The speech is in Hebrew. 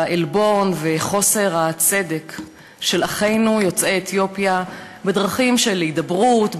העלבון וחוסר הצדק של אחינו יוצאי אתיופיה בדרכים של הידברות,